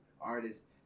artists